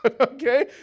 okay